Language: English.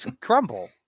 crumble